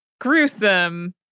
gruesome